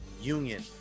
union